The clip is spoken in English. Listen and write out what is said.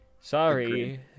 Sorry